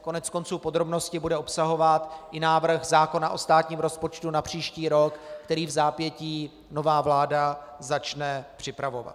Koneckonců podrobnosti bude obsahovat i návrh zákona o státním rozpočtu na příští rok, který vzápětí nová vláda začne připravovat.